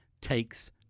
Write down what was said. takes